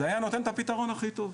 זה היה נותן את הפתרון הכי טוב,